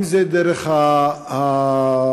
אם דרך האתר,